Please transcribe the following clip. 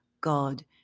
God